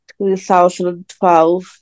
2012